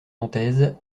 nantaise